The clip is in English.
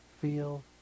feel